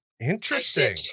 Interesting